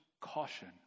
caution